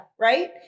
Right